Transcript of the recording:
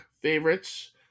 favorites